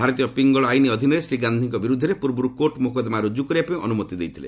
ଭାରତୀୟ ପିଙ୍ଗଳ ଆଇନ୍ ଅଧୀନରେ ଶ୍ରୀ ଗାନ୍ଧିଙ୍କ ବିରୁଦ୍ଧରେ ପୂର୍ବରୁ କୋର୍ଟ ମୋକଦ୍ଦମା ରୁଜୁ କରିବା ପାଇଁ ଅନୁମତି ଦେଇଥିଲେ